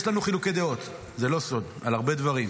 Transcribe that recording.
יש לנו חילוקי דעות, זה לא סוד, על הרבה דברים,